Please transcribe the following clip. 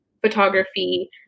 photography